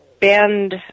bend